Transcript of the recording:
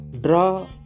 Draw